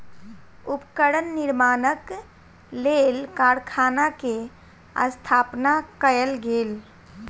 उपकरण निर्माणक लेल कारखाना के स्थापना कयल गेल